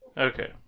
Okay